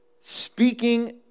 speaking